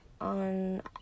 On